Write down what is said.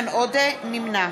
נמנע